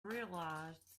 realized